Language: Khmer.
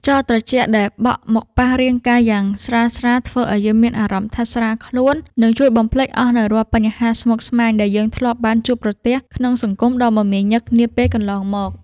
ខ្យល់ត្រជាក់ដែលបក់មកប៉ះរាងកាយយ៉ាងស្រាលៗធ្វើឱ្យយើងមានអារម្មណ៍ថាស្រាលខ្លួន និង ជួយបំភ្លេចអស់នូវរាល់បញ្ហាស្មុគស្មាញដែលយើងធ្លាប់បានជួបប្រទះក្នុងសង្គមដ៏មមាញឹកនាពេលកន្លងមក។